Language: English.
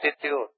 attitude